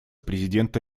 президента